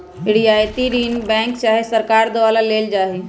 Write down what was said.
रियायती ऋण बैंक चाहे सरकार द्वारा देल जाइ छइ